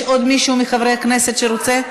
יש עוד מישהו מחברי הכנסת שרוצה?